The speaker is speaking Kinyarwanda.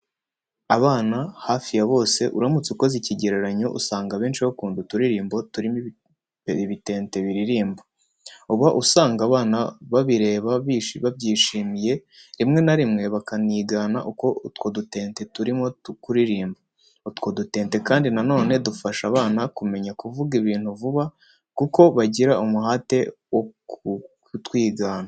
Abana hafi ya bose, uramutse ukoze ikigereranyo usanga abenshi bakunda uturirimbo turimo ibitente biririmba, uba usanga abana babireba babyishimiye rimwe na rimwe bakanigana uko utwo dutente turimo kuririmba. Utwo dutente kandi na none dufasha abana kumenya kuvuga ibintu vuba kuko bagira umuhate wo kutwigana.